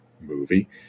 movie